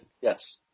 Yes